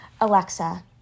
Alexa